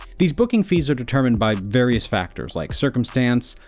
these booking fees are determined by various factors like circumstance,